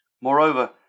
Moreover